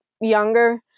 younger